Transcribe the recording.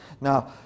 now